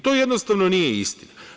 To jednostavno nije istina.